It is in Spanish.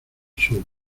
sur